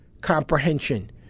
comprehension